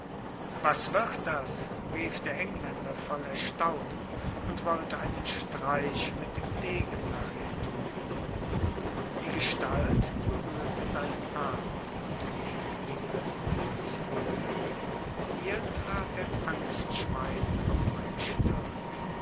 was wird das rief der engländer voll erstaunen und wollte einen streich mit dem degen nach ihr tun die gestalt berührte seinen arm und die klinge fiel zu boden hier trat der angstschweiß auf meine stirn